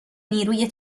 نیروی